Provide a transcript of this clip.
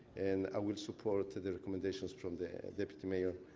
and i will support the the recommendations from the deputy mayor.